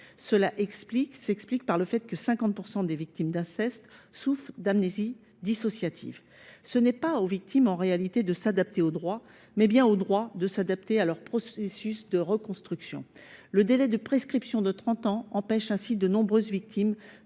Cela s’explique par le fait que 50 % des victimes d’inceste souffrent d’amnésie dissociative. Ce n’est pas aux victimes de s’adapter au droit, mais bien au droit de s’adapter à leur processus de reconstruction. Le délai de prescription de trente ans empêche ainsi de nombreuses victimes